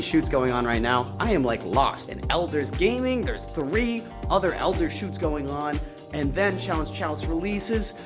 shoots going on right now. i am like lost. an elder's gaming, there's three other elder's shoots going on and then challenge chalice releases.